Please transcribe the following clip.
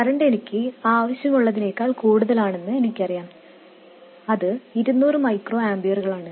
current എനിക്ക് ആവശ്യമുള്ളതിനേക്കാൾ കൂടുതലാണെന്ന് എനിക്കറിയാം അത് 200 മൈക്രോ ആമ്പിയറുകളാണ്